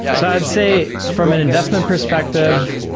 so i'd say, from an investment perspective,